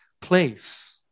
place